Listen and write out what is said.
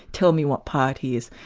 tell me what piety is',